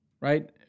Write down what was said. right